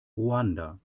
ruanda